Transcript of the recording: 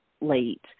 late